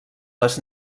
les